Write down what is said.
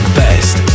best